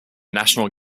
national